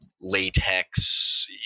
latex